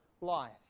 life